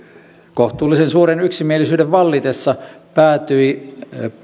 kohtuullisen suuren yksimielisyyden vallitessa päätyi